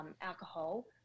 alcohol